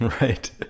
Right